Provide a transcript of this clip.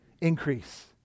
Increase